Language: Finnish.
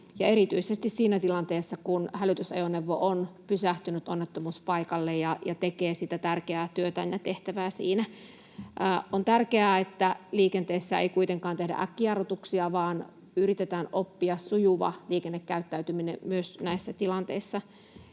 erityisesti siinä tilanteessa, kun hälytysajoneuvo on pysähtynyt onnettomuuspaikalle ja tekee sitä tärkeää työtään ja tehtävää siinä. On tärkeää, että liikenteessä ei kuitenkaan tehdä äkkijarrutuksia, vaan yritetään oppia sujuva liikennekäyttäytyminen myös näissä tilanteissa